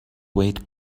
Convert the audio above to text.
wait